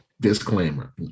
Disclaimer